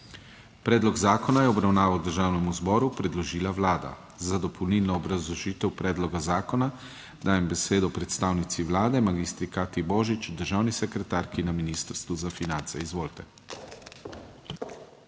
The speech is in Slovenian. Predlog zakona je v obravnavo Državnemu zboru predložila Vlada. Za dopolnilno obrazložitev predloga zakona dajem besedo predstavnici Vlade magistri Katji Božič, državni sekretarki na Ministrstvu za finance. Izvolite.